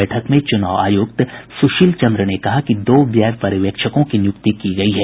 बैठक में चुनाव आयुक्त सुशील चंद्र ने कहा कि दो व्यय पर्यवेक्षकों की निय्रक्ति की गयी है